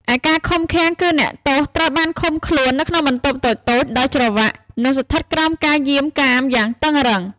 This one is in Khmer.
ឯការឃុំឃាំងគឺ អ្នកទោសត្រូវបានឃុំខ្លួននៅក្នុងបន្ទប់តូចៗ ដោយដាក់ច្រវាក់ និងស្ថិតក្រោមការយាមកាមយ៉ាងតឹងរ៉ឹង។